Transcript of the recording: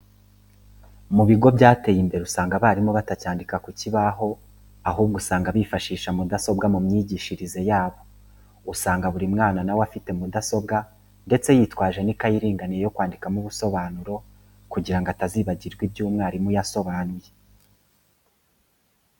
Mu bigo byateye imbere usanga abarimu batacyandika ku cyibaho, ahubwo usanga bifashisha mudasobwa mu myigishirize yabo. Usanga buri mwana nawe afite mudasobwa ndetse yitwaje n'ikayi iringaniye yo kwandikamo ubusobanuro kugira ngo atazibagirwa ibyo umwarimu yabasobanuriye.